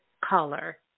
color